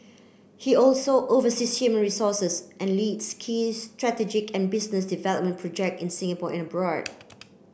he also oversees human resources and leads key strategic and business development project in Singapore and abroad